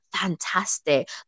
fantastic